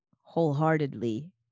wholeheartedly